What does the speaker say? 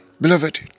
Beloved